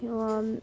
এবং